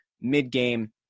mid-game